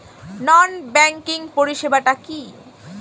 নন banking পরিষেবা টা কি?